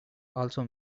also